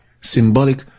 symbolic